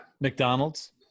McDonald's